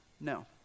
No